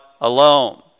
alone